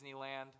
Disneyland